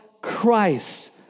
Christ